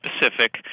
specific